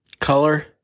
Color